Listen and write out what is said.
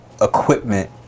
equipment